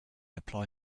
apply